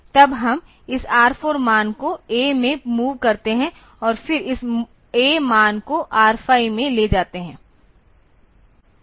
तब हम इस R4 मान को A में मूव करते हैं और फिर इस A मान को R5 में ले जाते हैं